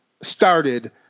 started